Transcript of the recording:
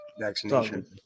vaccination